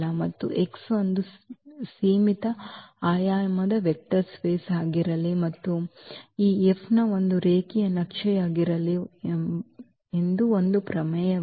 ಮತ್ತು X ಒಂದು ಸೀಮಿತ ಆಯಾಮದ ವೆಕ್ಟರ್ ಸ್ಪೇಸ್ ಆಗಿರಲಿ ಮತ್ತು ಈ F ಒಂದು ರೇಖೀಯ ನಕ್ಷೆಯಾಗಿರಲಿ ಎಂದು ಒಂದು ಪ್ರಮೇಯವಿದೆ